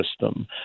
system